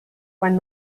when